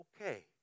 Okay